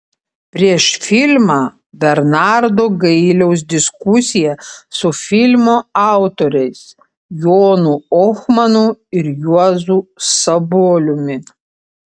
prieš filmą bernardo gailiaus diskusija su filmo autoriais jonu ohmanu ir juozu saboliumi